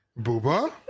booba